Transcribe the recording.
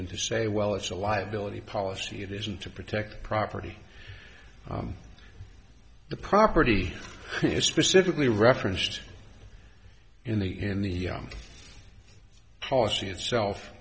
in to say well it's a liability policy it isn't to protect property the property is specifically referenced in the in the policy itself